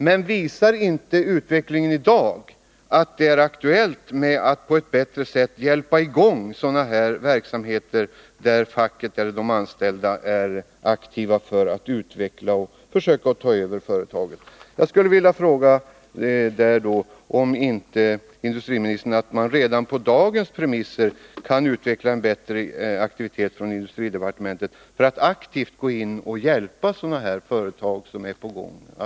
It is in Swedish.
Men visar inte utvecklingen i dag att det är aktuellt att på ett bättre sätt kunna hjälpa i gång sådana här verksamheter, där facket eller de anställda är aktiva för att utveckla och försöka ta över ett företag? Jag skulle vilja fråga industriministern om man inte redan på dagens premisser kan utveckla en bättre aktivitet inom industridepartementet för att aktivt hjälpa sådana här företag, där de anställda är på väg att ta över.